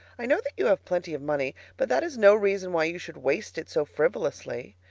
i know that you have plenty of money, but that is no reason why you should waste it so frivolously.